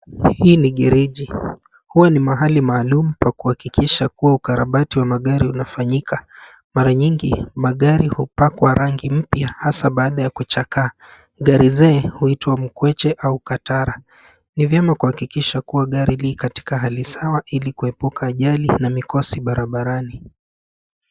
Hii ni gareji. Huwa ni mahali maalum ya kuhakikisha kuwa ukarabati wa magari unafanyika. Mara nyingi, magari hupakwa rangi mpya hasa baada ya kuchakaa. Gari zee huitwa mkweche au katara. Ni vyema kuhakikisha kuwa gari li katika hali sawa ili kuepuka ajali na mikosi barabarani.